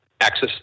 access